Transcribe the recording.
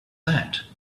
that